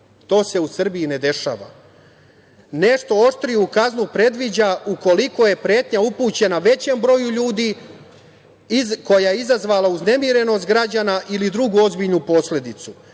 To se u Srbiji ne dešava. Nešto oštriju kaznu predviđa ukoliko je pretnja upućena većem broju ljudi, koja je izazvala uznemirenost građana ili drugu ozbiljnu posledicu. Najstroža